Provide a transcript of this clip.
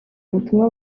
ubutumwa